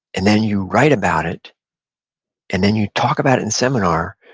and then you write about it and then you talk about it in seminar,